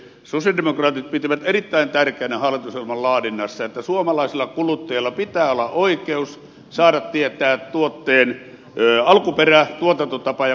sosialidemokraatit pitivät erittäin tärkeänä hallitusohjelman laadinnassa että suomalaisella kuluttajalla pitää olla oikeus saada tietää tuotteen alkuperä tuotantotapa ja koostumus